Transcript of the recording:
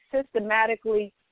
systematically